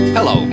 Hello